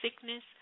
sickness